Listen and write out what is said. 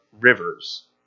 rivers